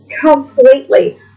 completely